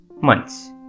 months